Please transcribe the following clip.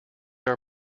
are